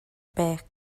pek